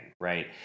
right